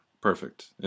Perfect